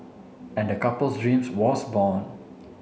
and the couple's dream was born